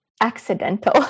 accidental